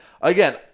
again